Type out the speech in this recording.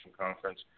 Conference